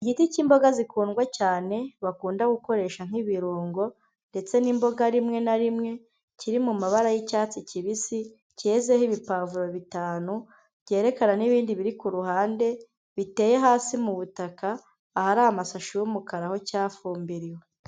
Igiti cy'imboga zikundwa cyane, bakunda gukoresha nk'ibirungo ndetse n'imboga rimwe na rimwe, kiri mu mabara y'icyatsi kibisi, cyezeho ibipavuro bitanu byerekana n'ibindi biri ku ruhande biteye hasi mu butaka, ahari amasashi y'umukara aho cyafumbiriwe.